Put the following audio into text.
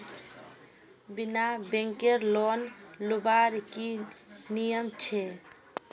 बिना बैंकेर लोन लुबार की नियम छे?